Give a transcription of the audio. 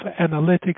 analytics